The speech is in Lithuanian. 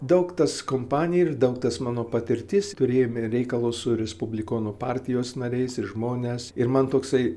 daug tas kompanijoj ir daug tas mano patirtis turėjome reikalo su respublikonų partijos nariais ir žmones ir man toksai